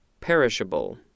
perishable